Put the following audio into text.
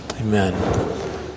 Amen